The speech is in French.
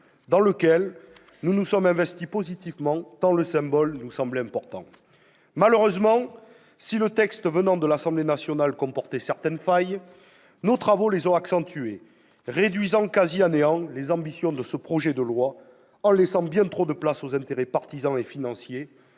dans lequel nous nous sommes investis positivement, tant le symbole nous semblait important. Malheureusement, si le texte venant de l'Assemblée nationale comportait certaines failles, nos travaux les ont accentuées, réduisant quasi à néant les ambitions de ce projet de loi en laissant bien trop de place aux intérêts partisans et financiers